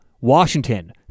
Washington